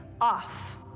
off